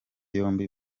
yombi